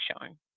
showing